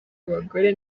abagore